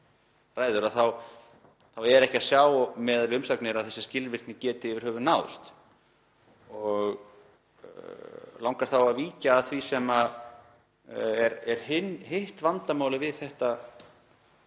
ræður þá er ekki að sjá miðað við umsagnir að þessi skilvirkni geti yfir höfuð náðst. Mig langar þá að víkja að því sem er hitt vandamálið við þetta